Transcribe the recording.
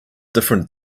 different